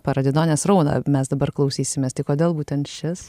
paradidonės raudą mes dabar klausysimės tai kodėl būtent šis